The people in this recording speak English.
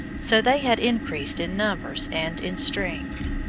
so they had increased in numbers and in strength.